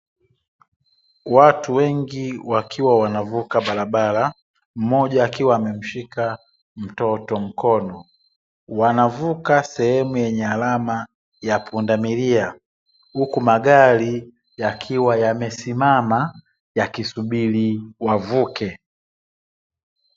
Watu wengi wakiwa wanavuka barabara mmoja akiwa amemshika mtoto mkono, wanavuka sehemu yenye alama ya pundamilia huku magari yakiwa yamesimama yakisubiri wavuke.